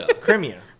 Crimea